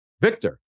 Victor